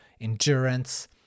endurance